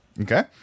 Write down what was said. Okay